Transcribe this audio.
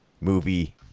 movie